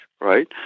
right